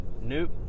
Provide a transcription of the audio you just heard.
Nope